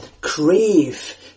crave